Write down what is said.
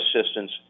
assistance